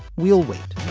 we'll wait